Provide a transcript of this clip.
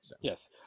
yes